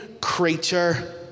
creature